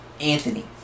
Anthony